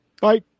Bye